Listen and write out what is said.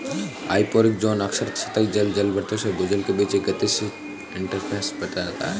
hyporheic zone अक्सर सतही जल जलभृतों से भूजल के बीच एक गतिशील इंटरफ़ेस बनाता है